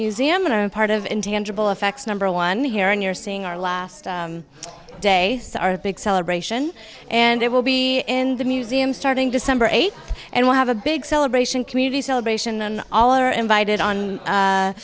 museum in a part of intangible effects number one here and you're seeing our last day of big celebration and it will be in the museum starting december eighth and we'll have a big celebration community celebration and all are invited on